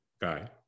guy